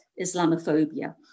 Islamophobia